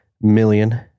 million